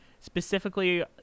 specifically